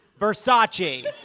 Versace